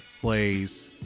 plays